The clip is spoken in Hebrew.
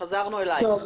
חזרנו אלייך.